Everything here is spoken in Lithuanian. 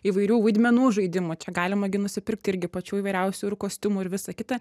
įvairių vaidmenų žaidimų čia galima gi nusipirkti irgi pačių įvairiausių ir kostiumų ir visa kita